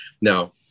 Now